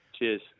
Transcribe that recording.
Cheers